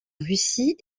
russie